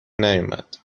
نیومد